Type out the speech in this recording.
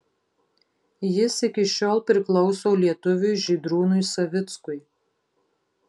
jis iki šiol priklauso lietuviui žydrūnui savickui